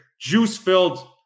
juice-filled